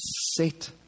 set